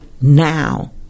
now